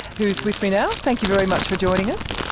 who's with me now. thank you very much for joining us.